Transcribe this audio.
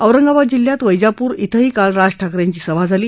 औरंगाबाद जिल्ह्यात वैजाप्र इथंही काल राज ठाकरे यांची सभा झाली